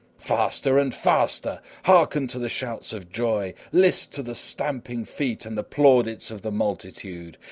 faster and faster! hearken to the shouts of joy, list to the stamping feet and the plaudits of the multitude.